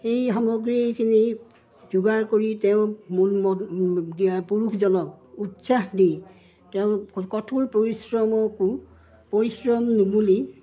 সেই সামগ্ৰীখিনি যোগাৰ কৰি তেওঁক দিয়া পুৰুষজনক উৎসাহ দি তেওঁ কঠোৰ পৰিশ্ৰমকো পৰিশ্ৰম নুবুলি